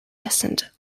descendant